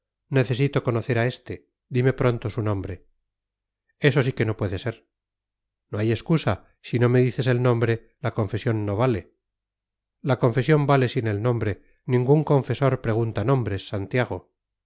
necesito conocer a este dime pronto su nombre eso sí que no puede ser no hay excusa si no me dices el nombre la confesión no vale la confesión vale sin el nombre ningún confesor pregunta nombres santiago